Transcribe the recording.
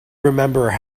remember